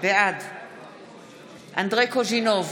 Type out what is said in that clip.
בעד אנדרי קוז'ינוב,